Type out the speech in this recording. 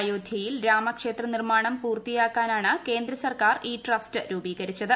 അയോധ്യയിൽ രാമക്ഷേത്ര നിർമ്മാണം പൂർത്തിയാക്കാനാണ് കേന്ദ്രസർക്കാർ ഈ ട്രസ്റ്റ് രൂപീകരിച്ചത്